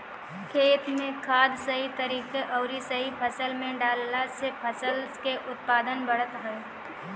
खेत में खाद सही तरीका अउरी सही समय पे डालला से फसल के उत्पादन बढ़त हवे